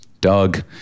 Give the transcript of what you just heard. Doug